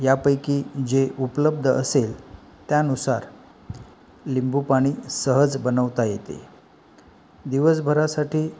यापैकी जे उपलब्ध असेल त्यानुसार लिंबू पाणी सहज बनवता येते दिवसभरासाठी